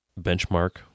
benchmark